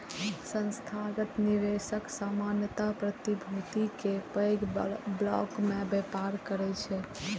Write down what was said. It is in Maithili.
संस्थागत निवेशक सामान्यतः प्रतिभूति के पैघ ब्लॉक मे व्यापार करै छै